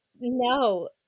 No